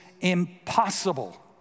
impossible